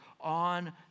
on